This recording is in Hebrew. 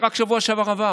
שרק שבוע שעבר עבר,